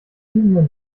niesenden